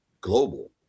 global